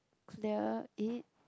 clear it